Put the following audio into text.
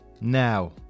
Now